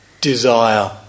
desire